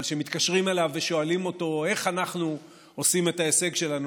אבל כשמתקשרים אליו ושואלים אותו איך אנחנו עושים את ההישג שלנו,